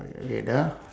wait ah